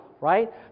Right